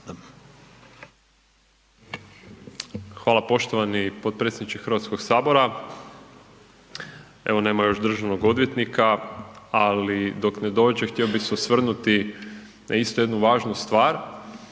Hvala poštovani potpredsjedniče HS, evo nema još državnog odvjetnika, ali dok ne dođe htio bi se osvrnuti na isto jednu važnu stvar,